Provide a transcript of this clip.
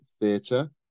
Theatre